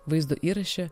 vaizdo įraše